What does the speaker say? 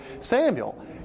Samuel